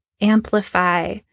amplify